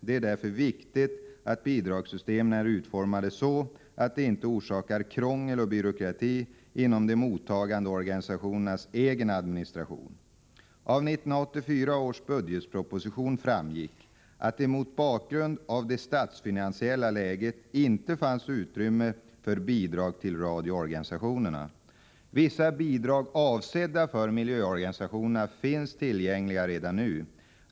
Det är därför viktigt att bidragssystemen är utformade så, att de inte orsakar krångel och byråkrati inom de mottagande organisationernas egen administration. Av 1984 års budgetproposition framgick att det mot bakgrund av det statsfinansiella läget inte fanns utrymme för bidrag till radioorganisationerna. Vissa bidrag avsedda för miljöorganisationerna finns tillgängliga redan nu.